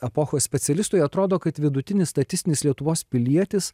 epochos specialistui atrodo kad vidutinis statistinis lietuvos pilietis